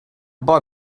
boy